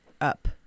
up